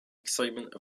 excitement